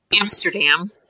Amsterdam